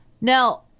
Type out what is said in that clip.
Now